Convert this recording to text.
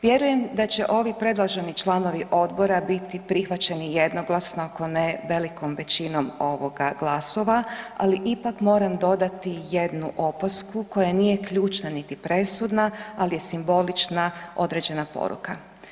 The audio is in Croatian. Vjerujem da će ovi predloženi članovi odbora biti prihvaćeni jednoglasno, ako ne, velikom većinom ovoga, glasova, ali ipak moram dodati jednu opasku koja nije ključna niti presudna, ali je simbolična određena poruka.